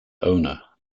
owner